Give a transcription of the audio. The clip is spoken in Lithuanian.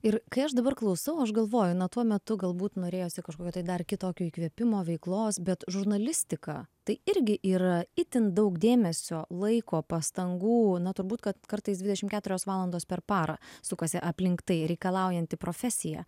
ir kai aš dabar klausau aš galvoju na tuo metu galbūt norėjosi kažkokio tai dar kitokio įkvėpimo veiklos bet žurnalistika tai irgi yra itin daug dėmesio laiko pastangų na turbūt kad kartais dvidešim keturios valandos per parą sukasi aplink tai reikalaujanti profesija